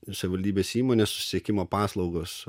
savivaldybės įmonės susisiekimo paslaugos